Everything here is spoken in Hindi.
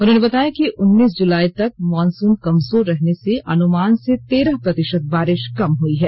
उन्होंने बताया कि उन्नीस जुलीई तक मॉनसून कमजोर रहने से अनुमान से तेरह प्रतिशत बारिश कम हुई है